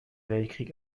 weltkrieg